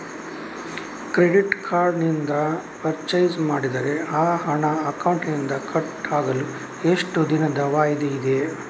Credit card ನಿಂದ purchase ಮಾಡಿದರೆ ಆ ಹಣ ಅಕೌಂಟಿನಿಂದ ಕಟ್ ಆಗಲು ಎಷ್ಟು ದಿನದ ವಾಯಿದೆ ಇದೆ?